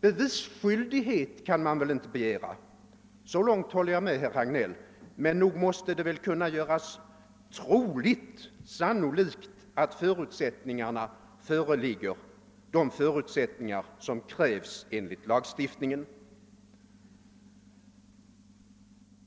Bevisskyldighet kan man väl inte begära -— så långt håller jag med herr Hagnell — men nog måste det väl kunna göras troligt eller sannolikt att de förutsättningar föreligger som krävs enligt lagstiftningen.